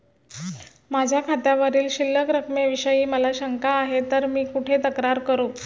माझ्या खात्यावरील शिल्लक रकमेविषयी मला शंका आहे तर मी कुठे तक्रार करू?